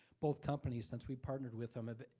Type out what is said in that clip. both companies, since we've partnered with them a bit,